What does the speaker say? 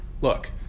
look